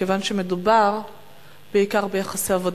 מכיוון שמדובר בעיקר ביחסי עבודה,